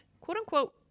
quote-unquote